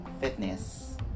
fitness